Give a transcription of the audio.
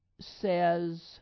says